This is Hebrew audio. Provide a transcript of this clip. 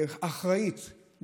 אחראית,